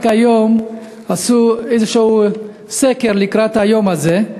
רק היום עשו איזשהו סקר לקראת היום הזה,